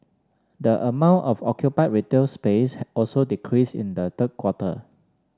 the amount of occupied retail space also decreased in the third quarter